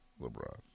LeBron